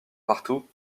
partout